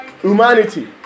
humanity